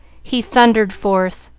he thundered forth